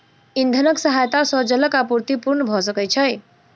इंधनक सहायता सॅ जलक आपूर्ति पूर्ण भ सकै छै